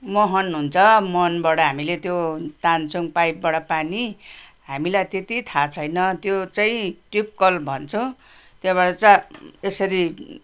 मुहान हुन्छ महनबाट हामीले त्यो तान्छौँ पाइपबाट पानी हामीलाई त्यति थाह छैन त्यो चाहिँ ट्युब कल भन्छौँ त्योबाट चाहिँ यसरी